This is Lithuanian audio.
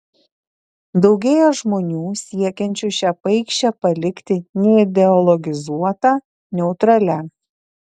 daugėja žmonių siekiančių šią paikšę palikti neideologizuota neutralia